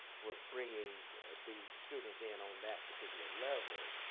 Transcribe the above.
was bringing these students in, on that particular level.